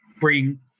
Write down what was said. bring